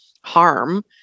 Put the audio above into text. harm